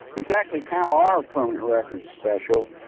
exactly how are permanent records special?